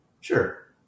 Sure